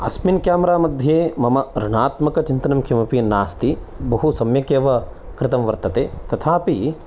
अस्मिन् क्यामेरा मध्ये मम ऋणात्मकचिन्तनं किमपि नास्ति बहु सम्यक् एव कृतं वर्तते तथापि